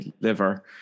liver